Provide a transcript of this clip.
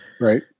Right